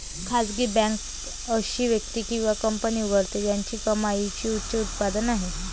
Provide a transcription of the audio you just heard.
खासगी बँक अशी व्यक्ती किंवा कंपनी उघडते ज्याची कमाईची उच्च उत्पन्न आहे